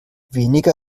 weniger